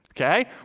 okay